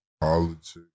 politics